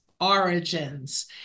origins